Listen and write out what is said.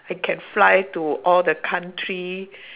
I can fly to all the country